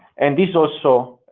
and this also